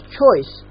choice